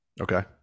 Okay